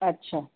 अच्छा